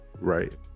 right